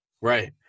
Right